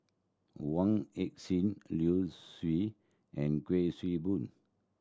Wong Heck Sing Liu Siu and Kuik Swee Boon